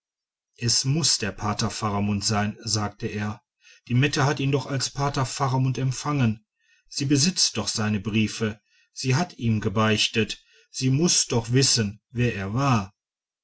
es muß der pater faramund sein sagte er die mette hat ihn doch als pater faramund empfangen sie besitzt doch seine briefe sie hat ihm gebeichtet sie mußte doch wissen wer er war